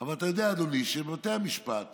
אבל אתה יודע, אדוני, שבבתי המשפט